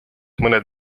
mõned